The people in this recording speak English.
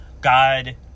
God